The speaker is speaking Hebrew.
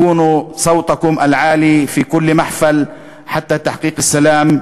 לקולכם הרם בכל חוג עד להגשמת השלום,